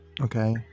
Okay